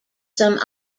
some